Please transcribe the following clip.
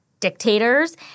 dictators